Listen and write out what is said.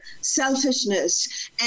selfishness